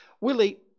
Willie